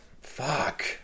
Fuck